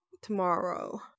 tomorrow